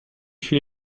fut